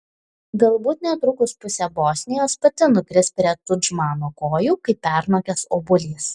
galbūt netrukus pusė bosnijos pati nukris prie tudžmano kojų kaip pernokęs obuolys